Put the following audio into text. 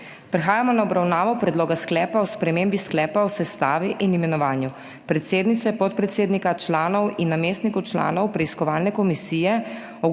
Prehajamo na obravnavo Predloga sklepa o spremembi Sklepa o sestavi in imenovanju predsednice, podpredsednika, članov in namestnikov članov Preiskovalne komisije